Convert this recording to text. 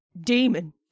demon